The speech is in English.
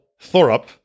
Thorup